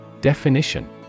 Definition